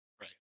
Right